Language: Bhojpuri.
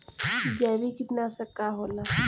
जैविक कीटनाशक का होला?